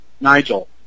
Nigel